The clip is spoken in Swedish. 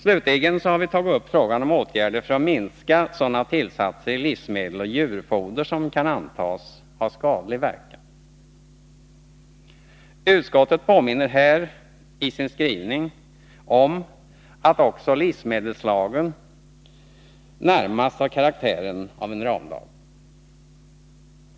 Slutligen har vi tagit upp frågan om åtgärder för att minska sådana tillsatser i livsmedel och djurfoder som kan antas ha skadlig verkan. Utskottet påminner här i sin skrivning om att också livsmedelslagen närmast har karaktären av en ramlag.